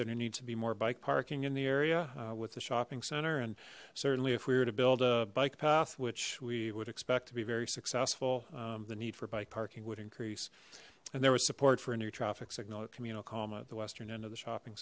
there needs to be more bike parking in the area with the shopping center and certainly if we were to build a bike path which we would expect to be very successful the need for bike parking would increase and there was support for a new traffic signal at communal calm at the western end of the shopping